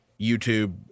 YouTube